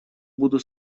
буду